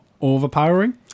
overpowering